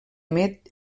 emet